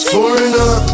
Foreigner